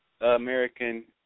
American